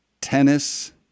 tennis